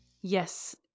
Yes